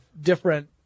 different